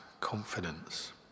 confidence